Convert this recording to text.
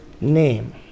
name